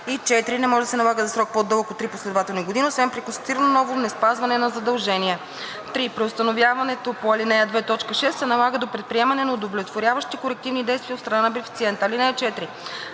4 не може да се налага за срок, по-дълъг от три последователни години, освен при констатирано ново неспазване на задължения; 3. преустановяването по ал. 2, т. 6 се налага до предприемане на удовлетворяващи корективни действия от страна на бенефициента. (4) Алинея 1